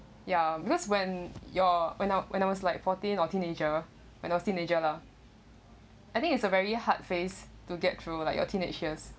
ya because when you're when I when I was like fourteen or teenager when I was a teenager lah I think it's a very hard face to get through like your teenage years